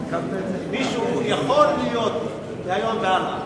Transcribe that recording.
יכול להיות מהיום והלאה.